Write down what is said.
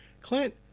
Clint